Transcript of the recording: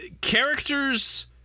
characters